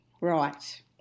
Right